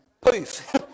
Poof